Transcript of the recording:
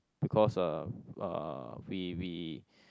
because uh we we